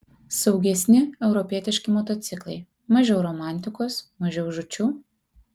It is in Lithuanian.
saugesni europietiški motociklai mažiau romantikos mažiau žūčių